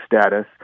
status